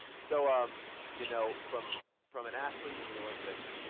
so, um you know, from from an athlete in the olympics,